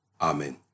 Amen